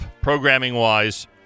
programming-wise